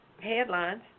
headlines